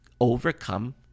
overcome